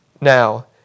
now